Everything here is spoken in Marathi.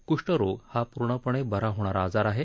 कुष्ठरोग हा पूर्णपणे बरा होणारा आजार आहे